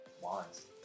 Wands